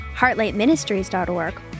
heartlightministries.org